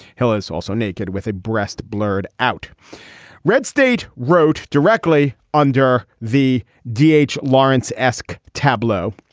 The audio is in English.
hill is also naked with a breast blurred out read stage wrote directly under the d h. lawrence esque tableau.